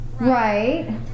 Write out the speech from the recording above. Right